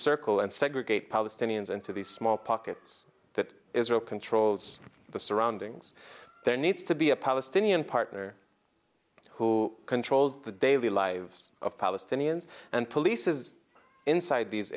circle and segregate palestinians into these small pockets that israel controls the surroundings there needs to be a palestinian partner who controls the daily lives of palestinians and police is inside these